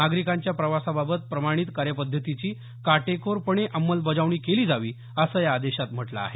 नागरिकांच्या प्रवासाबाबत प्रमाणित कार्यपद्धतीची काटेकोरपणे अंमलबजावणी केली जावी असं या आदेशात म्हटलं आहे